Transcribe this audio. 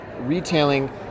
retailing